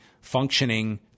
functioning